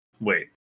Wait